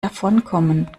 davonkommen